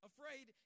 Afraid